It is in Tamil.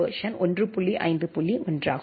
1 ஆகும்